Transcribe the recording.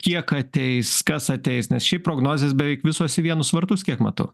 kiek ateis kas ateis nes šiaip prognozės beveik visos į vienus vartus kiek matau